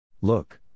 Look